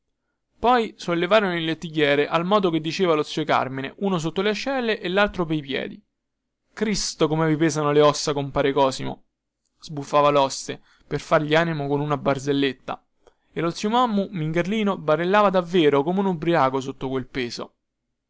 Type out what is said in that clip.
poi sollevarono il lettighiere al modo che diceva lo zio carmine uno sotto le ascelle e laltro pei piedi cristo come vi pesano le ossa compare cosimo sbuffava loste per fargli animo con una barzelletta e lo zio mommu mingherlino barellava davvero come un ubbriaco sotto quel peso